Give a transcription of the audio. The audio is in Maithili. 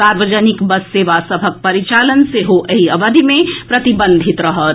सार्वजनिक बस सेवा सभक परिचालन सेहो एहि अवधि मे प्रतिबंधित रहत